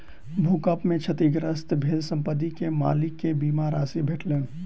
भूकंप में क्षतिग्रस्त भेल संपत्ति के मालिक के बीमा राशि भेटलैन